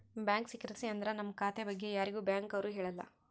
bank secrecy ಅಂದ್ರ ನಮ್ ಖಾತೆ ಬಗ್ಗೆ ಯಾರಿಗೂ ಬ್ಯಾಂಕ್ ಅವ್ರು ಹೇಳಲ್ಲ